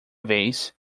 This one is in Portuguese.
vez